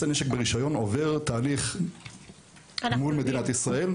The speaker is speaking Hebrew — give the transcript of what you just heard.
נשק ברישיון עובר תהליך מול מדינת ישראל,